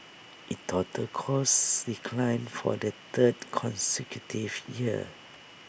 IT total costs declined for the third consecutive year